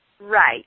right